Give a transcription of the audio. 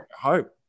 hope